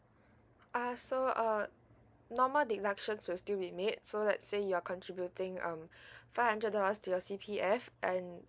ah so uh normal deductions will still be made so let's say you're contributing um five hundred dollars to your C_P_F and